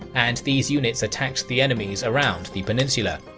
and these units attacked the enemies around the peninsula.